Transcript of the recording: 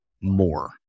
more